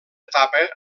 etapa